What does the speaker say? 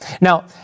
Now